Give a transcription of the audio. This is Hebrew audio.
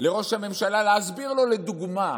לראש הממשלה להסביר לו, לדוגמה,